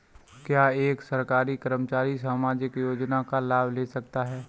क्या एक सरकारी कर्मचारी सामाजिक योजना का लाभ ले सकता है?